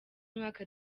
umwaka